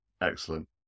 Excellent